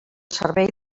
servei